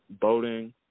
boating